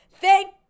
Thank